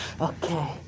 okay